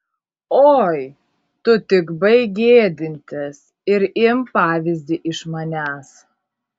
oi tu tik baik gėdintis ir imk pavyzdį iš manęs